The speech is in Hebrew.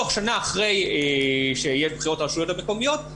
תוך שנה אחרי שיש בחירות לרשויות המקומיות,